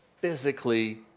physically